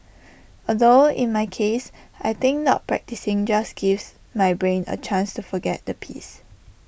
although in my case I think not practising just gives my brain A chance to forget the piece